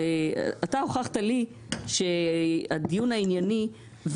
אתה הוכחת לי שהדיון הענייני,